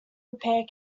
repair